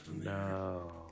no